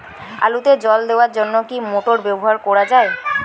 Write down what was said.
আলুতে জল দেওয়ার জন্য কি মোটর ব্যবহার করা যায়?